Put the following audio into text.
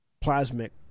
plasmic